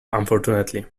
unfortunately